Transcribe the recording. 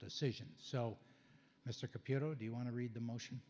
decisions so mr computer do you want to read the motion